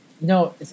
No